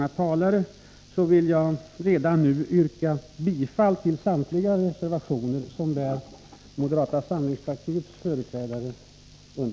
För undvikande av missförstånd vill jag redan nu yrka bifall till samtliga reservationer där moderata samlingspartiet är företrätt.